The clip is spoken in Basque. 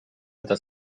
eta